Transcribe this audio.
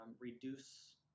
reduce